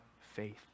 faith